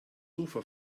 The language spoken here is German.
sofa